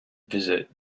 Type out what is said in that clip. visit